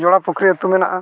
ᱡᱚᱲᱟ ᱯᱩᱠᱷᱨᱤ ᱟᱛᱳ ᱢᱮᱱᱟᱜᱼᱟ